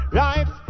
right